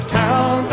town